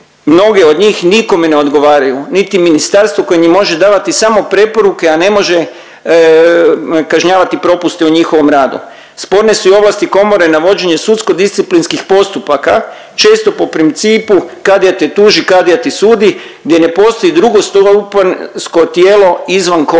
mnoge od njih nikome ne odgovaraju, niti ministarstvu koje im može davati samo preporuke, a ne može kažnjavati propuste u njihovom radu. Sporne su i ovlasti komore navođenje sudsko-disciplinskih postupaka, često po principu kadija te tuži, kadija ti sudi, gdje ne postoji drugostupanjsko tijelo izvan komore.